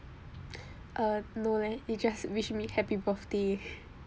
uh no leh he just wished me happy birthday